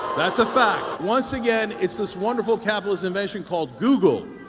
that's a fact! once again, it's this wonderful, capitalist invention called google.